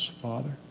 Father